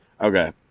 Okay